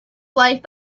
life